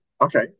Okay